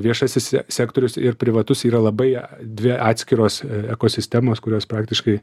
viešasis se sektorius ir privatus yra labai dvi atskiros ekosistemos kurios praktiškai